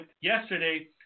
yesterday